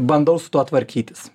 bandau su tuo tvarkytis